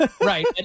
Right